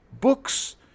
books